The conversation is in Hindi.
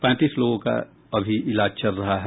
पैंतीस लोगों का अभी इलाज चल रहा है